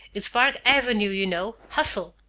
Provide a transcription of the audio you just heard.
it's park avenue, you know. hustle!